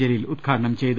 ജലീൽ ഉദ്ഘാടനം ചെയ്തു